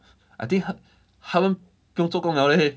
I think 他他们不用做工 liao leh